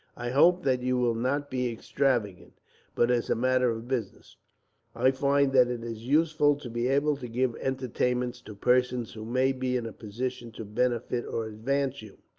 i hope that you will not be extravagant but as a matter of business i find that it is useful to be able to give entertainments, to persons who may be in a position to benefit or advance you.